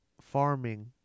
farming